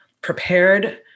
prepared